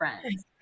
friends